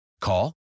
Call